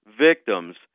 victims